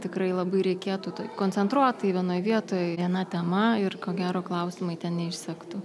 tikrai labai reikėtų tai koncentruotai vienoj vietoj viena tema ir ko gero klausimai ten neišsektų